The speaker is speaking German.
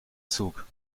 zug